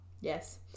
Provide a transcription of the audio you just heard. yes